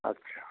अच्छा